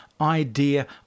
idea